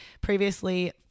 previously